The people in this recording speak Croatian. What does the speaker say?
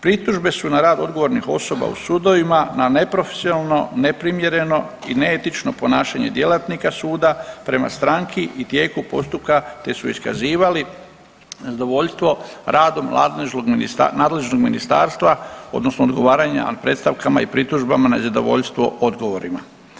Pritužbe su na rad odgovornih osoba u sudovima na neprofesionalno, neprimjereno i neetično ponašanje djelatnika suca prema stranki i tijeku postupka te su iskazivali nezadovoljstvo radom nadležnog ministarstva odnosno odgovaranja predstavkama i pritužbama nezadovoljstvo odgovorima.